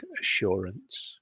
assurance